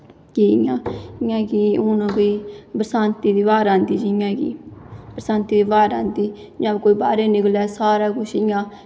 कि इ'यां इयां कि हून बरसांती दी ब्हार आंदी जियां कि बरसांती दी ब्हार आंदी जियां कोई बाह्रै गी निकलै सारा कुछ इ'यां